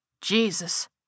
Jesus